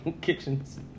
Kitchens